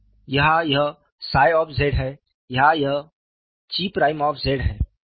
यहाँ यह 𝜳 है यहाँ यह 𝛘′ है